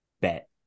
bet